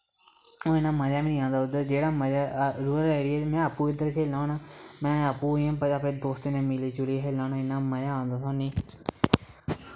ओह् इ'न्ना मज़ा बी नी आंदा उद्धर जेह्ड़ा मज़ा रूरल एरिया च में आपूं इद्धर खेलना होन्ना में आपूं इ'यां अपने दोस्तें कन्नै मिली जुलियै खेलना होन्ना इन्ना मज़ा औंदा सानू